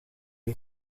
est